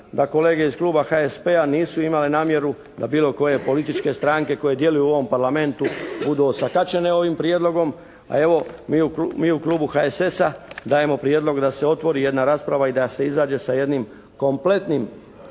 da kolege iz kluba HSP-a nisu imale namjeru da bilo koje političke stranke koje djeluju u ovom Parlamentu budu osakačene ovim prijedlogom. A evo, mi u klubu HSS-a dajemo prijedlog da se otvori jedna rasprava i da se izađe sa jednim kompletnim